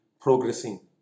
progressing